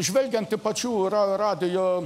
žvelgiant į pačių ra radijo